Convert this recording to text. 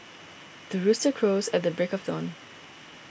the rooster crows at the break of dawn